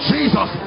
Jesus